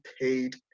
paid